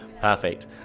Perfect